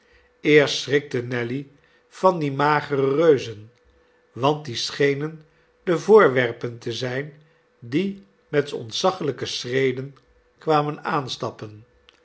eerst schrikte nelly van die magere reuzen want die schenen de voorwerpen te zijn die metontzaglijkeschredenkwamen aanstappen